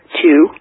two